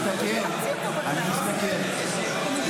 אני מסתכל, אני מסתכל.